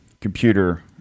computer